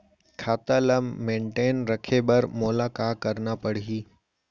खाता ल मेनटेन रखे बर मोला का करना पड़ही?